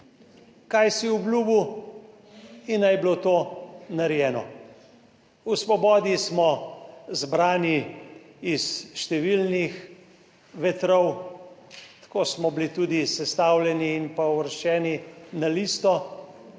kaj si obljubil in naj je bilo to narejeno. V Svobodi smo zbrani iz številnih vetrov, tako smo bili tudi sestavljeni in pa uvrščeni na listo.